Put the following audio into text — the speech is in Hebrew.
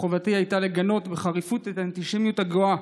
חובתי הייתה לגנות בחריפות את האנטישמיות הגואה